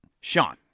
Sean